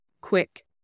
quick